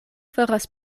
faras